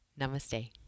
namaste